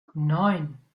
neun